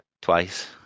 Twice